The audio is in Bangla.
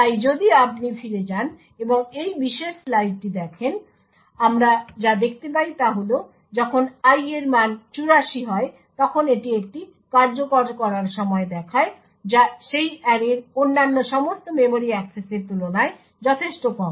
তাই যদি আপনি ফিরে যান এবং এই বিশেষ স্লাইডটি দেখেন আমরা যা দেখতে পাই তা হল যখন i এর মান 84 হয় তখন এটি একটি কার্যকর করার সময় দেখায় যা সেই অ্যারের অন্যান্য সমস্ত মেমরি অ্যাক্সেসের তুলনায় যথেষ্ট কম